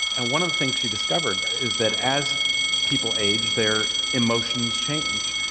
and one of the things she discovered is that as people age, their emotions change.